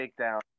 takedown